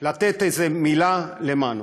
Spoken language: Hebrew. לתת איזו מילה למנו,